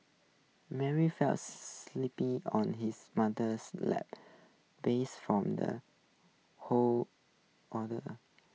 Mary fell sleeping on his mother's lap base from the whole ordeal